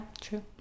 True